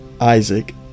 isaac